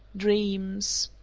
dreams.